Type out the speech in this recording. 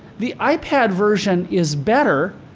the ipad version is better,